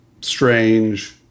strange